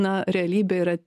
na realybė yra